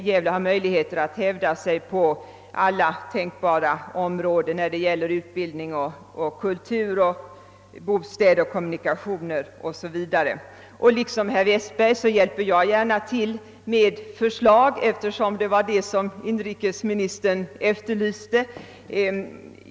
Gävle har möjligheter att hävda sig på alla tänkbara områden i fråga om utbildning, kultur, bostäder, kommunikationer o.s.v. I likhet med herr Westberg i Ljusdal hjälper jag gärna till med sådana förslag som inrikesministern efterlyste.